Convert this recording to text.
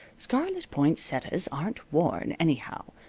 scarlet poinsettias aren't worn, anyhow.